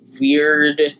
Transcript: weird